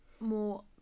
more